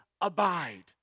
abide